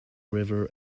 river